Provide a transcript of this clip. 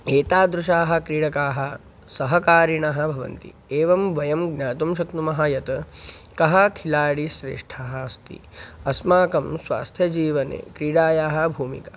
एतादृशाः क्रीडकाः सहकारिणः भवन्ति एवं वयं ज्ञातुं शक्नुमः यत् कः खिलाडि श्रेष्ठः अस्ति अस्माकं स्वास्थ्यजीवने क्रीडायाः भूमिका